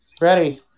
Ready